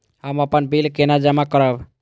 हम अपन बिल केना जमा करब?